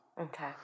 Okay